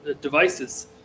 devices